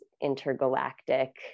intergalactic